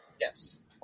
Yes